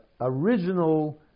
original